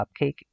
cupcake